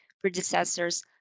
predecessors